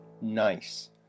Nice